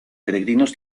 peregrinos